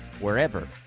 wherever